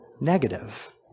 negative